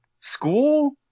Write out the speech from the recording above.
school